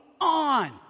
on